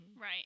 Right